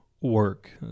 work